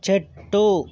చెట్టు